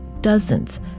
dozens